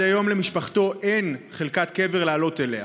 עד היום למשפחתו אין חלקת קבר לעלות אליה.